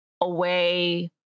away